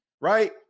right